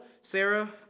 Sarah